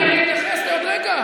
אני אתייחס עוד רגע.